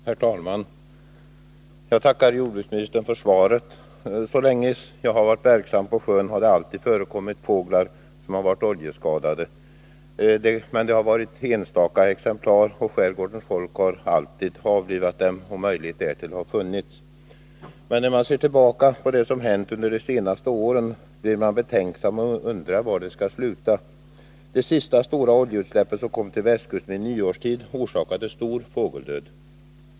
Herr talman! Jag tackar jordbruksministern för svaret. Så länge som jag har varit verksam på sjön har det alltid förekommit att fåglar blivit oljeskadade. Men det har varit fråga om något enstaka exemplar, och skärgårdens folk har alltid avlivat fågeln, om det har funnits möjlighet därtill. Men när man ser tillbaka på det som har hänt under de senaste åren blir man betänksam och undrar hur det skall sluta. Det senaste stora oljeutsläppet, som kom till västkusten vid nyårstid, orsakade stor fågeldöd.